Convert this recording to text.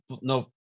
No